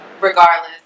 regardless